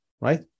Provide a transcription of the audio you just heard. right